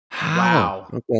Wow